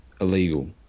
illegal